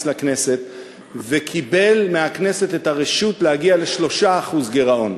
לכנסת וקיבל מהכנסת את הרשות להגיע ל-3% גירעון,